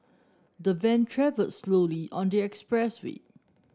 the van travelled slowly on the expressway